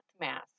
mask